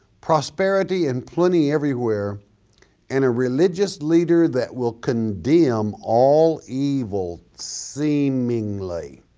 prosperity and plenty everywhere and a religious leader that will condemn all evil seemingly.